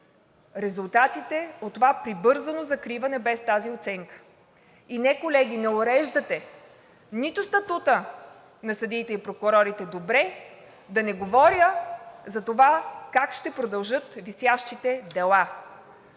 резултатите от това прибързано закриване без тази оценка. И не, колеги, не уреждате нито статута на съдиите и прокурорите добре, да не говоря за това как ще продължат висящите дела.